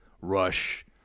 Rush